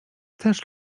też